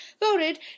Voted